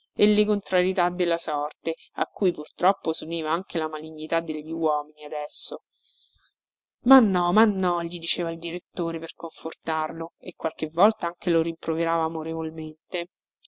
e le contrarietà della sorte a cui purtroppo suniva anche la malignità degli uomini adesso ma no ma no gli diceva il direttore per confortarlo e qualche volta anche lo rimproverava amorevolmente